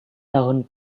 tahun